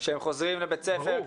אני רוצה לשמוע את